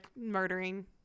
murdering